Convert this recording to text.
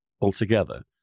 altogether